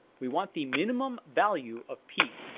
we want the minimum value of p.